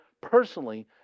personally